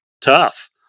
tough